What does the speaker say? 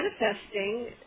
manifesting